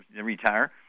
retire